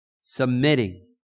submitting